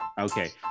Okay